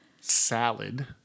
Salad